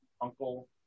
uncle